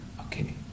okay